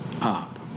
up